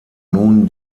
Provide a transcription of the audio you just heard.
nun